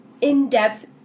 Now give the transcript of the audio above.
in-depth